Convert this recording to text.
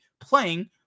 playing